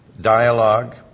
dialogue